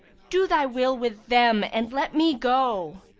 do thy will with them and let me go!